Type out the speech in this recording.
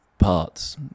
parts